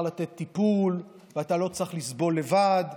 לתת טיפול ושאתה לא צריך לסבול לבד,